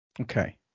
Okay